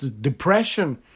depression